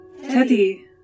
Teddy